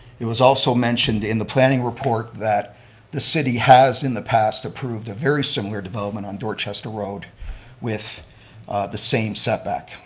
it was also mentioned in the planning report that the city has in the past approved a very similar development on dorchester road with the same setback,